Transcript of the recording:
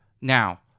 Now